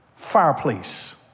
Fireplace